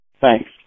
Thanks